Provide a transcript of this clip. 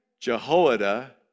Jehoiada